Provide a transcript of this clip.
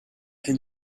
can